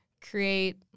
create